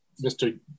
Mr